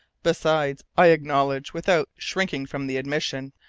besides, i acknowledge, without shrinking from the admission,